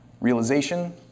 Realization